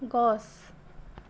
গছ